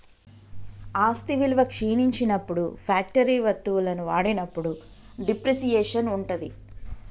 ఆస్తి విలువ క్షీణించినప్పుడు ఫ్యాక్టరీ వత్తువులను వాడినప్పుడు డిప్రిసియేషన్ ఉంటది